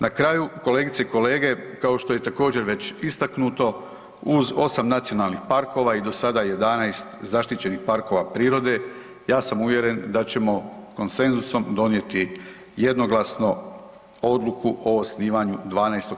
Na kraju, kolegice i kolege, kao što je također, već istaknuto, uz 8 nacionalnih parkova i do sada 11 zaštićenih parkova prirode, ja sam uvjeren da ćemo konsenzusom donijeti jednoglasno odluku o osnivanju 12.